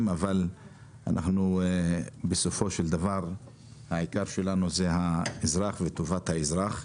אבל בסופו של דבר העיקר הוא האזרח וטובתו.